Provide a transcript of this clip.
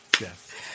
Yes